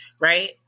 right